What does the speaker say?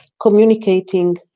communicating